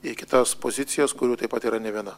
į kitas pozicijas kurių taip pat yra ne viena